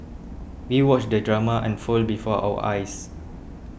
we watched the drama unfold before our eyes